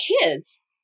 kids